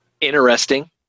Interesting